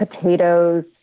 potatoes